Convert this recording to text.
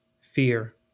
fear